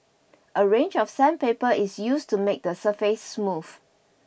a range of sandpaper is used to make the surface smooth